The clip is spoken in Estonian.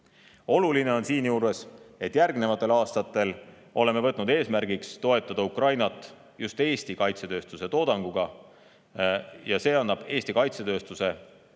Oluline on siinjuures, et järgnevatel aastatel oleme võtnud eesmärgiks toetada Ukrainat just Eesti kaitsetööstuse toodanguga. See annab Eesti kaitsetööstusele võimaluse